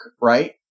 Right